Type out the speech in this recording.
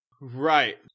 Right